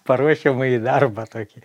paruošiamąjį darbą tokį